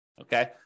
okay